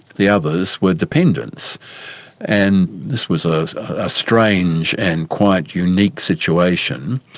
the others were dependants and this was a ah strange and quite unique situation,